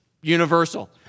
universal